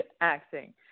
acting